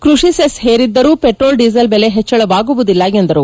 ಕೃಷಿ ಸೆಸ್ ಹೇರಿದ್ದರೂ petrol diesel ಬೆಲೆ ಹೆಚ್ಚಳವಾಗುವುದಿಲ್ಲ ಎಂದರು